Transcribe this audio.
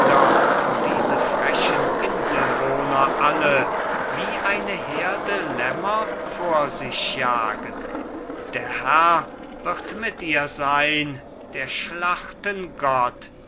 und diese frechen inselwohner alle wie eine herde lämmer vor sich jagen der herr wird mit ihr sein der schlachten gott